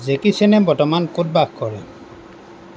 Jackie চেনে বৰ্তমান ক'ত বাস কৰে